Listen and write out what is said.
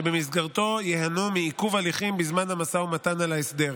שבמסגרתו ייהנו מעיכוב הליכים בזמן המשא ומתן על ההסדר.